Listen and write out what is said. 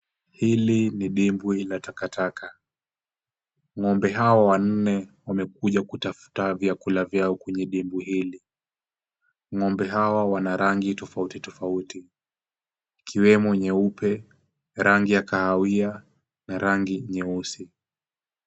Hili ni dimbwi la takataka. Ng'ombe hao wanne wamekuja kutafuta vyakula vyao kwenye dimbwi hili. Ng'ombe hawa wana rangi tofauti tofauti ikiwemo nyeupe, rangi ya kahawia na rangi nyeusi.